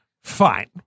fine